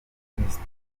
abakiristu